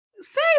Say